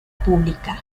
pública